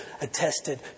attested